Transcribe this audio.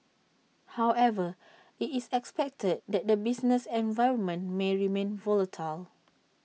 however IT is expected that the business environment may remain volatile